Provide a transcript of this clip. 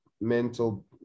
mental